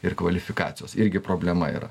ir kvalifikacijos irgi problema yra